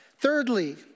Thirdly